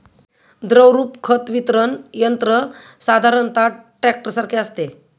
द्रवरूप खत वितरण यंत्र साधारणतः टँकरसारखे असते